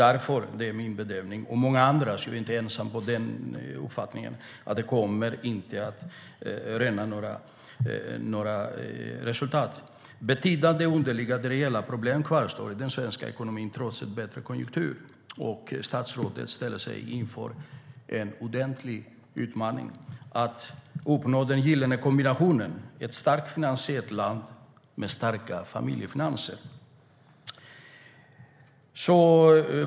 Därför är min och många andras bedömning - jag är inte ensam om den uppfattningen - att de inte kommer att röna några resultat. Betydande underliggande reella problem kvarstår i den svenska ekonomin trots en bättre konjunktur. Statsrådet ställer sig inför en ordentlig utmaning: att uppnå den gyllene kombinationen, nämligen ett finansiellt starkt land med starka familjefinanser.